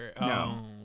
No